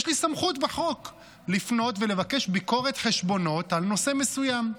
יש לי סמכות בחוק לפנות ולבקש ביקורת חשבונות על נושא מסוים.